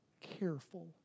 careful